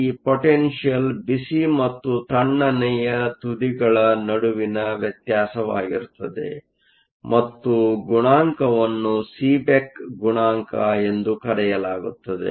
ಈ ಪೊಟೆನ್ಷಿಯಲ್ ಬಿಸಿ ಮತ್ತು ತಣ್ಣನೆಯ ತುದಿಗಳ ನಡುವಿನ ವ್ಯತ್ಯಾಸವಾಗಿರುತ್ತದೆ ಮತ್ತು ಗುಣಾಂಕವನ್ನು ಸೀಬೆಕ್ ಗುಣಾಂಕ ಎಂದು ಕರೆಯಲಾಗುತ್ತದೆ